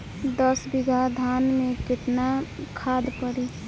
दस बिघा धान मे केतना खाद परी?